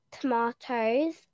tomatoes